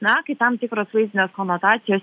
na kai tam tikros vaizdinės konotacijos